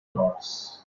dots